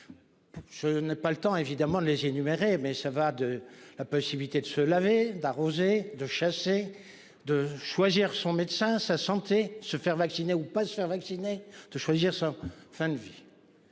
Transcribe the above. Je n'ai pas le temps évidemment de les énumérer, mais ça va de la possibilité de se laver d'arroser de chasser de choisir son médecin, sa santé se faire vacciner ou pas se faire vacciner de choisir sa fin de vie.